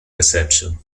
reception